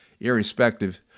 Irrespective